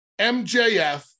MJF